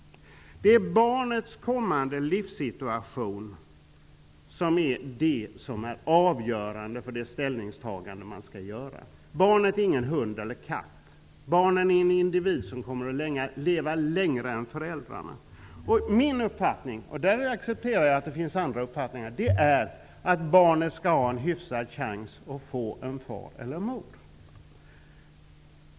Det är barnets kommande livssituation som är avgörande för det ställningstagande som skall göras. Barnet är ingen hund eller katt. Barnet är en individ som kommer att leva längre än föräldrarna. Min uppfattning -- jag accepterar att det finns andra uppfattningar -- är att barnet skall ha en hyfsad chans att få en far och en mor.